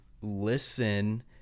listen